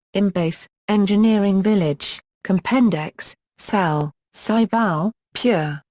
embase, engineering village, compendex, cell, scival, pure,